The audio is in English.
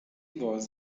was